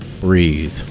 Breathe